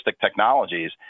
technologies